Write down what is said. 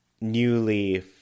newly